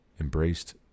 embraced